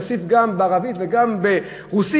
להוסיף גם בערבית וגם ברוסית,